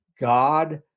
God